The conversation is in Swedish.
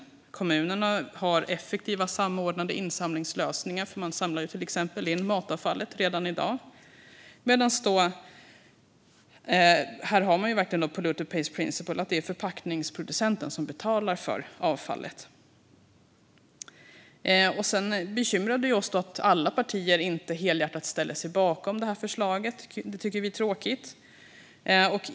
Kommunerna har effektiva samordnade insamlingslösningar. Man samlar till exempel in matavfallet redan i dag. Här är det verkligen polluter pays principle, det vill säga att det är förpackningsproducenten som betalar för avfallet. Det bekymrar oss att alla partier inte helhjärtat ställer sig bakom förslaget. Det tycker vi är tråkigt.